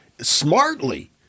smartly